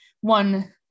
one